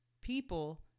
people